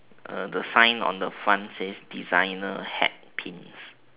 uh the sign on the front says designer hat pins